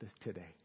today